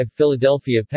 Philadelphia